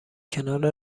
کنار